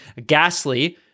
Gasly